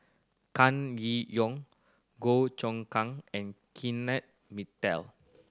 Kam Kee Yong Goh Choon Kang and Kenneth